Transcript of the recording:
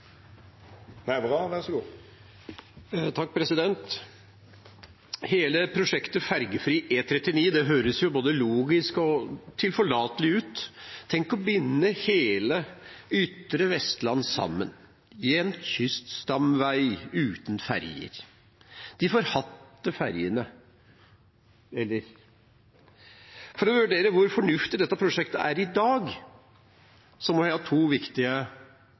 Hele prosjektet om ferjefri E39 høres jo både logisk og tilforlatelig ut – tenk å binde hele det ytre Vestlandet sammen, med en kyststamvei uten ferjer, de forhatte ferjene – eller? For å vurdere hvor fornuftig dette prosjektet er i dag, må vi ta flere viktige